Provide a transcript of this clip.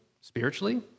spiritually